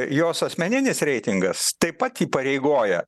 jos asmeninis reitingas taip pat įpareigoja